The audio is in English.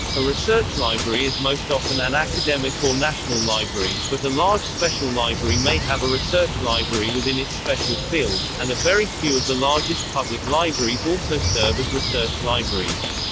a research library is most often an academic or national library, but a large special library may have a research library within its special field, and a very few of the largest public libraries also serve as research libraries.